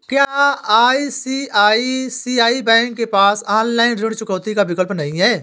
क्या ICICI bank के पास ऑनलाइन ऋण चुकौती का विकल्प नहीं है?